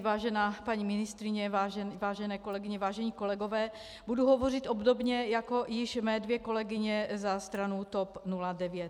Vážená paní ministryně, vážené kolegyně, vážení kolegové, budu hovořit obdobně jako již mé dvě kolegyně za stranu TOP 09.